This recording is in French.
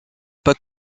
pas